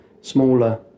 smaller